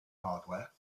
hardware